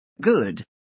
Good